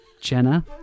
Jenna